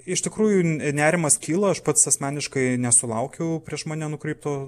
iš tikrųjų nerimas kyla aš pats asmeniškai nesulaukiau prieš mane nukreipto